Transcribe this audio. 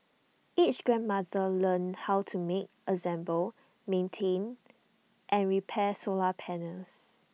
each grandmother learns how to make assemble maintain and repair solar panels